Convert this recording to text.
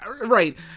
Right